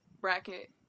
bracket